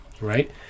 right